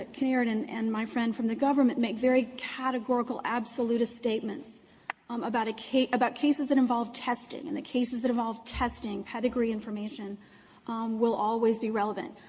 kinnaird and and my friend from the government make very categorical absolutist statements um about a case about cases that involve testing, and the cases that involve testing pedigree information will always be relevant.